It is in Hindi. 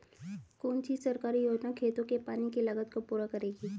कौन सी सरकारी योजना खेतों के पानी की लागत को पूरा करेगी?